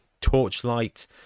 torchlight